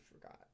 forgot